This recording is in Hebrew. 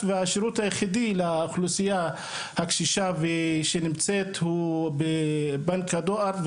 והשירות היחידי לאוכלוסייה הקשישה שנמצאת הוא בבנק הדואר,